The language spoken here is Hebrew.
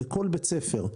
לכל בית ספר,